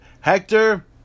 Hector